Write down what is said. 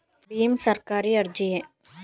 ಭೀಮ್ ಸರ್ಕಾರಿ ಅರ್ಜಿಯೇ?